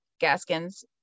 gaskins